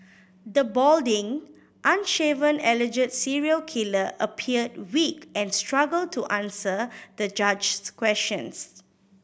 the balding unshaven alleged serial killer appeared weak and struggled to answer the judge's questions